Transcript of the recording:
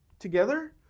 together